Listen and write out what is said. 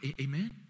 Amen